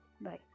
Bye